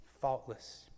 faultless